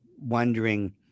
wondering